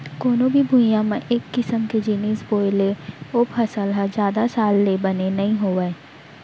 कोनो भी भुइंया म एक किसम के जिनिस बोए ले ओ फसल ह जादा साल ले बने नइ होवय